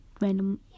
random